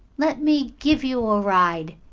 let me give you a ride,